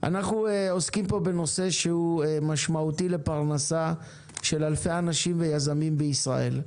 פה בנושא שהוא משמעותי לפרנסה של אלפי אנשים ויזמים בישראל.